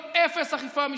עם אפס אכיפה משטרתית.